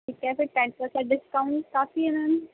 ٹھیک ہے پھر ٹین پرسینٹ ڈسکاؤنٹ کافی ہے میم